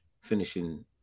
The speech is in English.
finishing